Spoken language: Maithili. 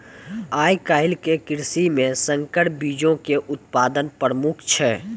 आइ काल्हि के कृषि मे संकर बीजो के उत्पादन प्रमुख छै